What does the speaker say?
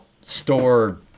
store